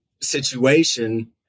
situation